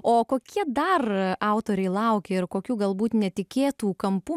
o kokie dar autoriai laukia ir kokių galbūt netikėtų kampų